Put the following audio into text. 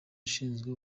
ushinzwe